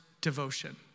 devotion